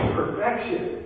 perfection